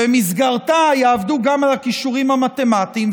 ובמסגרתה יעבדו גם על הכישורים המתמטיים,